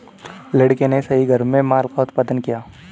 लड़के ने सही घर में माल का उत्पादन किया